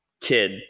kid